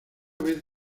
vez